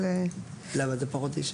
למה זה פחות?